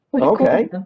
Okay